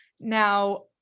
Now